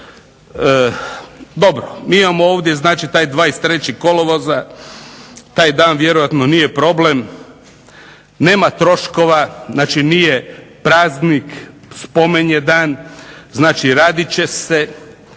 Dobro, mi imamo ovdje taj 23. kolovoza taj dan vjerojatno nije problem, nema troškova, znači nije praznik, spomen je dan, znači raditi će se,